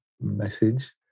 message